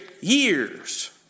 years